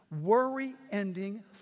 Worry-ending